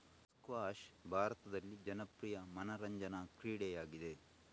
squash ಭಾರತದಲ್ಲಿ ಜನಪ್ರಿಯ ಮನರಂಜನಾ ಕ್ರೀಡೆಯಾಗಿದೆ